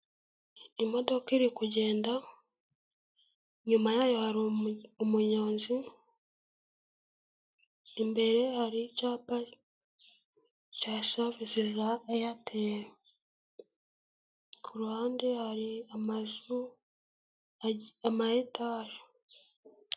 Imodoka iri kugenda, inyuma yayo hari umunyonzi, imbere hari icyapa cya savisi za eyateri, ku ruhande hari amazu ama etaje.